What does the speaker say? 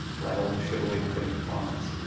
when all her cheualrie hath been in france,